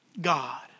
God